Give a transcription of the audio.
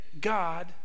God